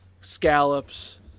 scallops